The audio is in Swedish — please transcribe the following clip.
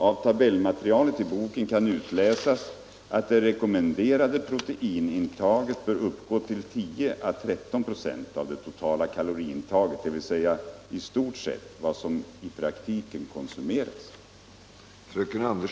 Av tabellmaterialet i boken kan utläsas att det rekommenderade proteinintaget bör uppgå till 10 å 13 96 av det totala kaloriintaget, dvs. i stort sett vad som i praktiken konsumeras.